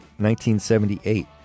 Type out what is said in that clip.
1978